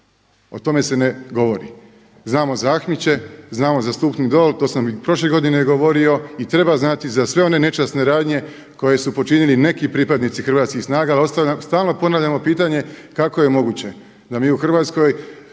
O tome se ne govori. Znamo za Ahmiće, znao za Stupni dol to sam i prošle godine i treba znati za sve one nečasne radnje koje su počinili neki pripadnici hrvatskih snaga ali stalno ponavljamo pitanje kako je moguće da mi u Hrvatskoj